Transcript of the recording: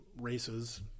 races